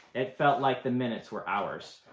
it felt like the minutes were hours.